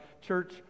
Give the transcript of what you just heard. church